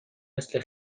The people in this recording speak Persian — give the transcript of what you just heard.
مثل